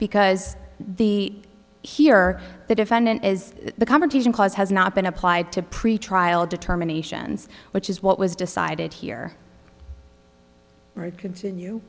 because the here the defendant is the competition clause has not been applied to pretrial determinations which is what was decided here co